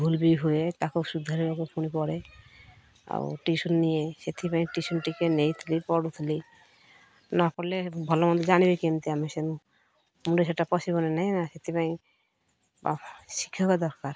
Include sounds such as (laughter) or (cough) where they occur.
ଭୁଲ୍ ବି ହୁଏ ତାକୁ ସୁଧାରିବାକୁ ପୁଣି ପଡ଼େ ଆଉ ଟ୍ୟୁସନ୍ ନିଏ ସେଥିପାଇଁ ଟ୍ୟୁସନ୍ ଟିକେ ନେଇଥିଲି ପଢ଼ୁଥିଲି ନ ପଢ଼ିଲେ ଭଲ ମନ୍ଦ ଜାଣିବେ କେମିତି ଆମେ ସେନୁ ମୁଣ୍ଡରେ ସେଇଟା ପଶିବନି ନାଇଁ ନା ସେଥିପାଇଁ (unintelligible) ଶିକ୍ଷକ ଦରକାର